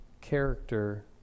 character